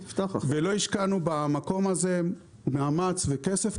ולא השקענו במקום הזה מאמץ וכסף,